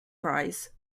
prize